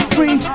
Free